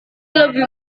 lebih